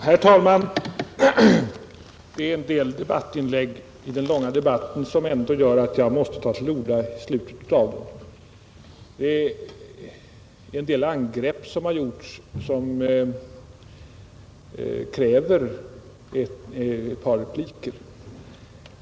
Herr talman! Några inlägg gör att jag måste ta till orda också i slutet av denna långa debatt. En del angrepp har gjorts som kräver ett par repliker.